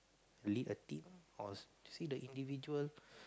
lead a team or see the individual